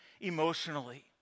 emotionally